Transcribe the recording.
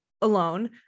alone